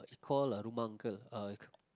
call a